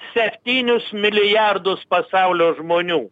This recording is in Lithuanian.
septynis milijardus pasaulio žmonių